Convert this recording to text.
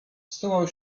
schował